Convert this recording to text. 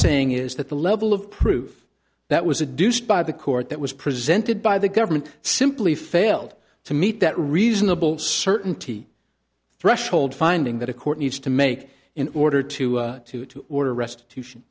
saying is that the level of proof that was a deuced by the court that was presented by the government simply failed to meet that reasonable certainty threshold finding that a court needs to make in order to to to order rest